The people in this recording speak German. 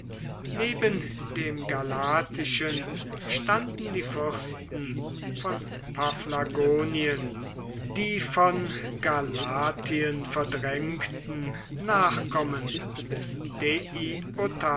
neben dem galatischen standen die fürsten von paphlagonien die von galatien verdrängten nachkommen des